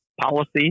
policy